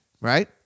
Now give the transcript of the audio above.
right